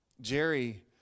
Jerry